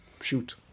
shoot